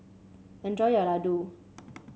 enjoy your Ladoo